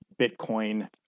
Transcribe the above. Bitcoin